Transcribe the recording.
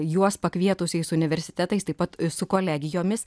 juos pakvietusiais universitetais taip pat su kolegijomis